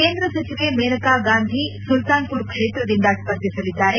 ಕೇಂದ್ರ ಸಚಿವೆ ಮೇನಕಾ ಗಾಂಧಿ ಸುಲ್ತಾನ್ ಪುರ್ ಕ್ಷೇತ್ರದಿಂದ ಸ್ಪರ್ಧಿಸಲಿದ್ದಾರೆ